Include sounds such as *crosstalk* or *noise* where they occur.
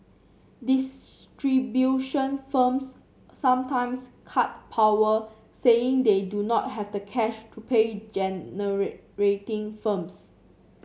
distribution firms sometimes cut power saying they do not have the cash to pay *unintelligible* firms